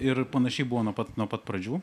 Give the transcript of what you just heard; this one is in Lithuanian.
ir panašiai buvo nuo pat nuo pat pradžių